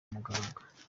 muganga